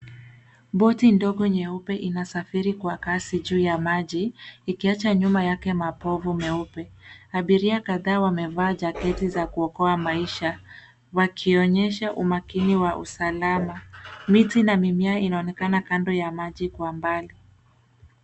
Boti ndogo nyeupe inasafiri kwa kasi juu ya maji ikiacha nyuma yake mapovu meupe. Abiria kadhaa wamevaa jaketi za kuokoa maisha, wakionyesha umakini wa usalama. Miti na mimea inaonekana kando ya maji kwa umbali.